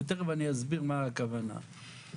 אני אסביר מה הכוונה.